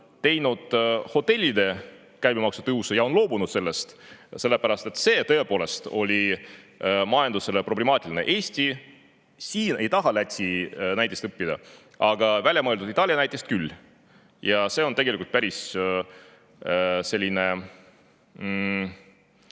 teinud hotellide käibemaksu tõusu ja loobunud sellest, sellepärast et see oli tõepoolest majandusele problemaatiline. Eesti ei taha Läti näitest õppida, aga väljamõeldud Itaalia näitest küll. See on tegelikult päris kurb näide